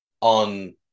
on